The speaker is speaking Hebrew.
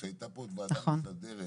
כשהייתה פה ועדה מסדרת,